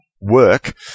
work